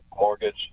mortgage